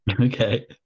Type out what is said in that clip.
Okay